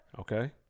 Okay